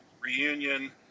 reunion